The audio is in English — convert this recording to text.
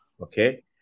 okay